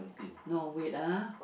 no wait ah